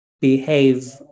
behave